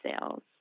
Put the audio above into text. sales